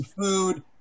food